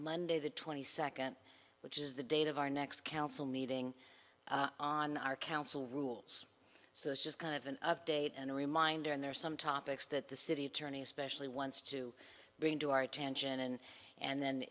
monday the twenty second which is the date of our next council meeting on our council rules so it's just kind of an update and a reminder and there are some topics that the city attorney especially wants to bring to our attention and